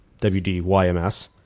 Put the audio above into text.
WDYMS